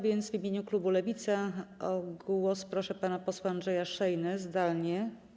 W imieniu klubu Lewica o głos proszę pana posła Andrzeja Szejnę, zdalnie.